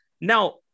Now